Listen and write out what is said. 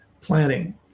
planning